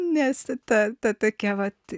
nes ta ta tokia vat